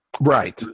right